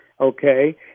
Okay